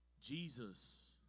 Jesus